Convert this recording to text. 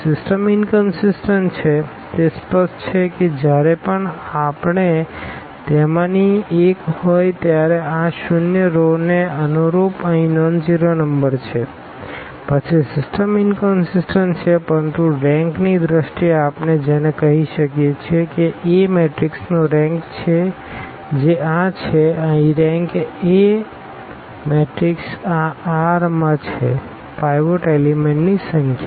system inconsistent છે તે સ્પષ્ટ છે કે જ્યારે પણ આપણે તેમાંની એક હોય ત્યારે આ ઝીરો રોઓને અનુરૂપ અહીં નોનઝીરો નંબર છે પછી સિસ્ટમ ઇનકનસીસટન્ટ છે પરંતુ રેંકની દ્રષ્ટિએ આપણે જેને કહી શકીએ છીએ કે A મેટ્રિક્સનો રેંક જે આ છે અહીં RankA રેંકA મેટ્રિક્સ આ r માં છે છે પાઈવોટ એલીમેન્ટની સંખ્યા